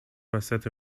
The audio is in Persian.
وسط